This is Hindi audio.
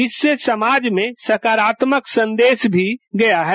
इससे समाज में सकारात्मक संदेश भी गया है